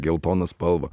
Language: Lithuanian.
geltoną spalvą